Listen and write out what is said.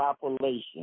population